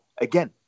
Again